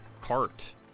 cart